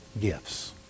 gifts